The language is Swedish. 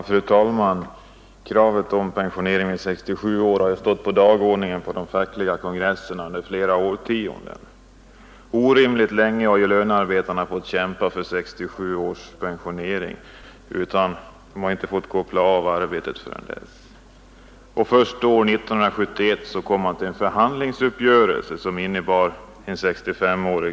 Fru talman! Kravet på pensionering vid 67 år har stått på dagordningen vid de fackliga kongresserna under flera årtionden. Orimligt länge fick lönearbetarna kämpa för pensionering vid 67 år. Först år 1971 nådde man en förhandlingsuppgörelse om 65 år som pensionsålder.